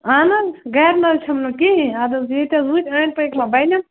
اہن حظ گَرِ نہٕ حظ چھَم نہٕ کِہیٖنۍ آدٕ حظ ییٚتہِ حظ وٕچھ أنٛدۍ پٔکۍ مَہ بَنٮ۪م